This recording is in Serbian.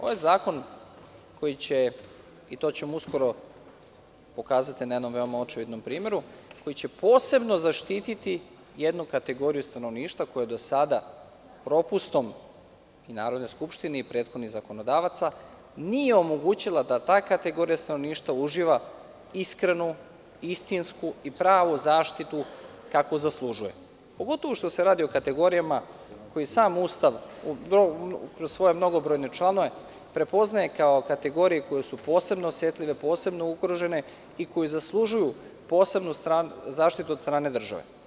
Ovo je zakon koji će, i to ćemo uskoro pokazati na jednom veoma očiglednom primeru, posebno zaštiti jednu kategoriju stanovništva koja do sada propustom Narodne skupštine i prethodnih zakonodavaca nije omogućila da ta kategorija stanovništva uživa iskrenu, istinsku i pravu zaštitu kakvu zaslužuje, pogotovu što se radi o kategorijama koje sam Ustav kroz svoje mnogobrojne članove prepoznaje kao kategorije koje su posebno osetljive, posebno ugrožene i koje zaslužuju posebnu zaštitu od strane države.